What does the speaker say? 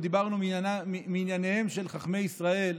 ודיברנו מענייניהם של חכמי ישראל,